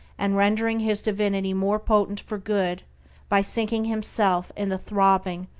and rendering his divinity more potent for good by sinking himself in the throbbing,